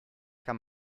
kann